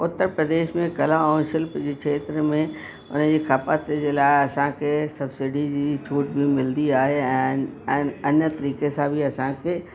उत्तर प्रदेश में कला ऐं शिल्प जे खेत्र में उनजी खपत जे लाइ असांखे सब्सिडी जी छूट बि मिलंदी आहे ऐं अन अन्य तरीक़े सां बि असांखे